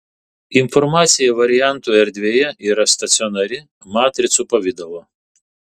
informacija variantų erdvėje yra stacionari matricų pavidalo